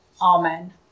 Amen